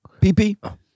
PP